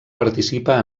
participa